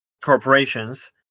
corporations